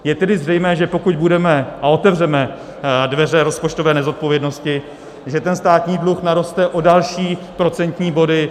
Je tedy zřejmé, že pokud budeme a otevřeme dveře rozpočtové nezodpovědnosti, že ten státní dluh naroste o další procentní body.